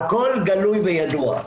הכל גלוי וידוע,